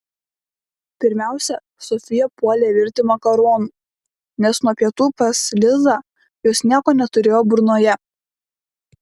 pirmiausia sofija puolė virti makaronų nes nuo pietų pas lizą jos nieko neturėjo burnoje